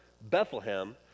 Bethlehem